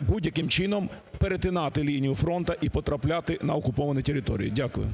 будь-яким чином перетинати лінію фронта і потрапляти на окуповані території. Дякую.